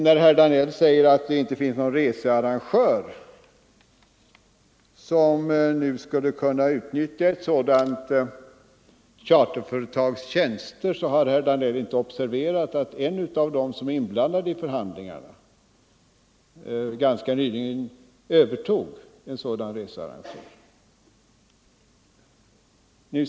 När herr Danell säger att det inte finns någon researrangör som skulle kunna utnyttja ett sådant charterföretags tjänster har herr Danell inte observerat att en av dem som är intresserade för förhandlingar ganska nyligen övertog en sådan rörelse.